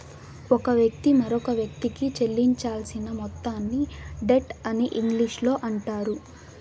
ఒక వ్యక్తి మరొకవ్యక్తికి చెల్లించాల్సిన మొత్తాన్ని డెట్ అని ఇంగ్లీషులో అంటారు